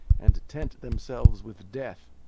and tent themselves with death.